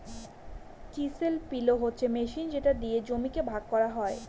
chisel plough হচ্ছে machine যেটা দিয়ে জমিকে ভাগ করা হয়